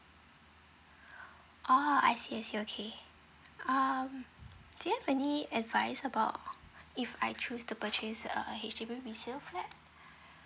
oh I see I see okay um do you have any advice about if I choose to purchase a H_D_B resale flat